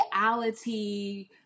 reality